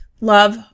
love